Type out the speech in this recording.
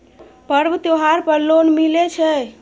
पर्व त्योहार पर लोन मिले छै?